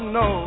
no